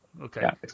Okay